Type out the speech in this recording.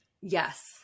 Yes